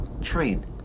train